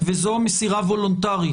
וזו מסירה וולונטרית,